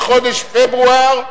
בחודש פברואר,